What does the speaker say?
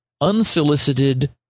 unsolicited